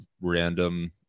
random